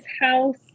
house